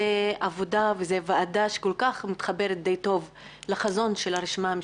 זו ועדה שמתחברת לחזון של הרשימה המשותפת.